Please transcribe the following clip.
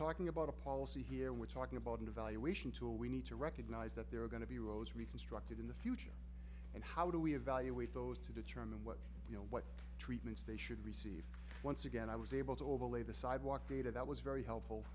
talking about a policy here we're talking about an evaluation tool we need to recognize that there are going to be roads reconstructed in the future and how do we evaluate those to determine what you know what treatments they should receive once again i was able to overlay the sidewalk data that was very helpful